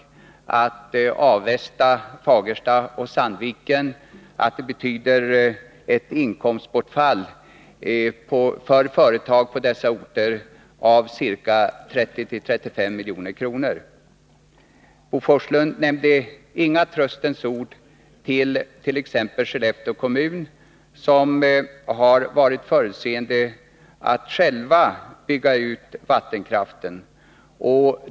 För företag i Avesta, Fagersta och Sandviken betyder den här elskatten ett inkomstbortfall på 30-35 milj.kr. Bo Forslund hade inga tröstens ord till exempelvis Skellefteå kommun, som har varit förutseende nog att själv bygga ut vattenkraften.